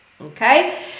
Okay